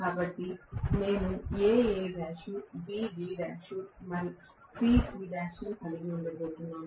కాబట్టి నేను A Al B Bl C Cl కలిగి ఉండబోతున్నాను